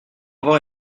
avoir